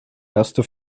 erste